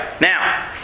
Now